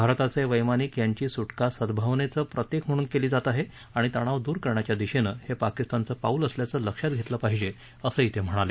भारताचे वैमानिक यांची सुक्रिा सद्गावनेचं प्रतिक म्हणून केली जात आहे आणि तणाव दूर करण्याच्या दिशेनं हे पाकिस्तानचं पाऊल असल्याचं लक्षात घेतलं पाहिजे असं ते म्हणाले